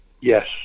yes